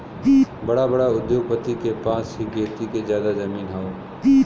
बड़ा बड़ा उद्योगपति के पास ही खेती के जादा जमीन हौ